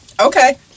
Okay